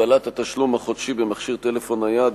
הגבלת התשלום החודשי במכשיר טלפון נייד),